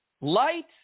light